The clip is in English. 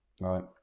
right